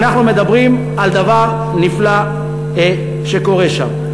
ואנחנו מדברים על דבר נפלא שקורה שם.